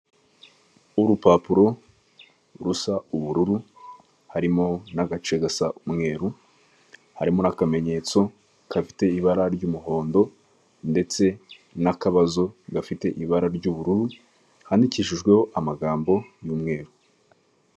Urupapuro rusa ubururu harimo n'agace gasa umweru; harimo n'akamenyetso kafite ibara ry'umuhondo ndetse n'akabazo gafite ibara ry'ubururu; handikishijweho amagambo y'umweru.